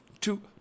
Two